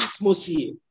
atmosphere